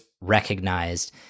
recognized